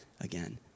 again